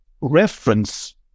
reference